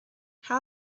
how